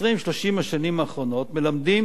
ב-20 30 השנים האחרונות, מלמדים